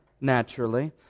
naturally